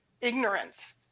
ignorance